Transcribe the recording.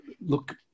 look